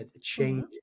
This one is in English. change